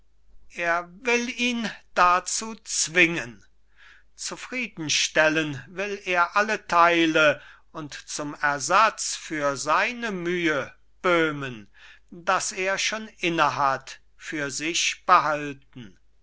er will ihn dazu zwingen zufriedenstellen will er alle teile und zum ersatz für seine mühe böhmen das er schon innehat für sich behalten